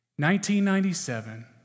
1997